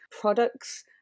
products